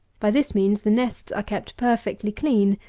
by this means the nests are kept perfectly clean,